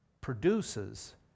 produces